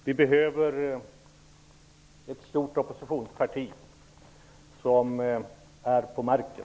Vi behöver ett stort oppositionsparti som står på marken.